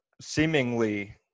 seemingly